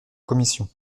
commission